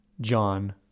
John